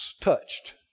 Touched